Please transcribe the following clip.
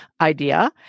idea